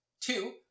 Two